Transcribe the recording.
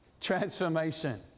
transformation